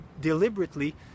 deliberately